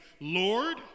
Lord